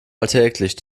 alltäglich